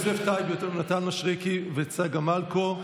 של חברי הכנסת יוסף טייב, יונתן מישרקי וצגה מלקו.